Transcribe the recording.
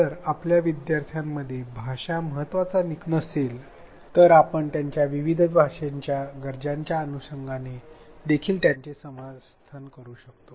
जर आपल्या विद्यार्थ्यांमध्ये भाषा महत्त्वाची निकष नसेल तर आपण त्यांच्या विविध भाषेच्या गरजांच्या अनुषंगाने देखील त्यांचे समर्थन करू शकतो